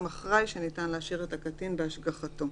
אחראי שניתן להשאיר את הקטין בהשגחתו,